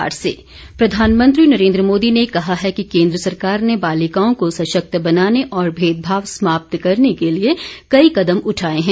प्रधानमंत्री प्रधानमंत्री नरेन्द्र मोदी ने कहा है कि केन्द्र सरकार ने बालिकाओं को सशक्त बनाने और भेदभाव समाप्त करने के लिए कई कदम उठाए हैं